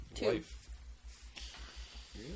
life